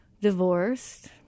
divorced